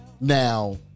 now